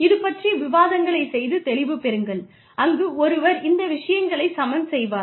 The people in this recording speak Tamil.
இது பற்றிய விவாதங்களைச் செய்து தெளிவுப் பெறுங்கள் அங்கு ஒருவர் இந்த விஷயங்களைச் சமன் செய்வார்